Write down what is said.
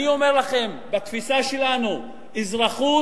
אני אומר לכם, בתפיסה שלנו אזרחות